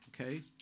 okay